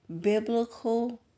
biblical